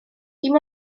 dim